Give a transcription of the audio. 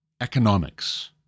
economics